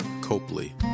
Copley